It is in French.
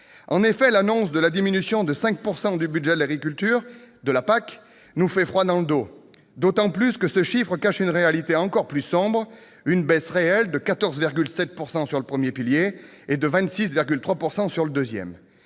En effet, l'annonce de la diminution de 5 % du budget de la PAC nous fait froid dans le dos, d'autant plus que ce chiffre cache une réalité encore plus sombre : une baisse réelle de 14,7 % sur le premier pilier et de 26,3 % sur le second.